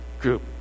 group